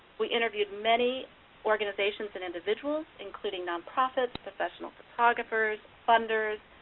we interviewed many organizations and individuals, including nonprofits, professional photographers, funders,